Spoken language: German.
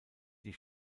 die